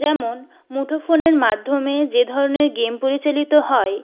যেমন মুঠো ফোনের মাধ্যমে যে ধরণের গেম পরিচালিত হয়